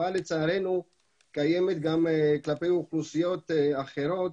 התופעה לצערנו קיימת גם כלפי אוכלוסיות אחרות,